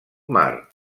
mar